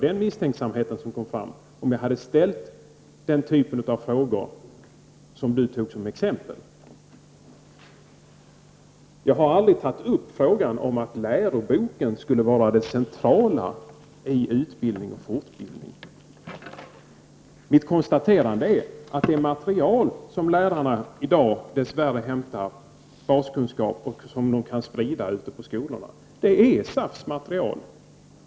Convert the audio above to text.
Ministern kunde ha frågat om jag hade ställt den typen av frågor som han tog som exempel. Jag har aldrig tagit upp frågan om att läroboken skulle vara det centrala i utbildning och fortbildning. Jag konstaterar att det material som lärarna i dag dess värre hämtar baskunskap ifrån och som de kan sprida ute på skolorna är SAFs material.